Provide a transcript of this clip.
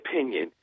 opinion